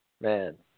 Man